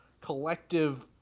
collective